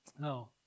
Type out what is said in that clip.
No